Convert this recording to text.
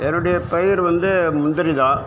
என்னுடைய பயிர் வந்து முந்திரி தான்